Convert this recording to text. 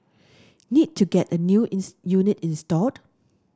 need to get a new unit installed